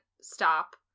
stop